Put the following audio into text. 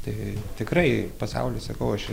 tai tikrai pasaulis sakau aš